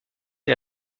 est